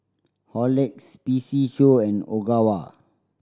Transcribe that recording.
Horlicks P C Show and Ogawa